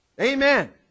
Amen